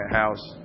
house